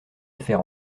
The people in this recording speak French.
affaire